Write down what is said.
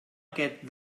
aquest